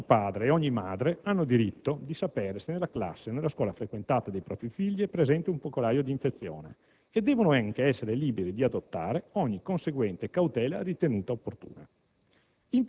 Ogni padre ed ogni madre hanno diritto di sapere se nella classe o nella scuola frequentata dai propri figli è presente un focolaio di infezione e devono anche essere liberi di adottare ogni conseguente cautela ritenuta opportuna.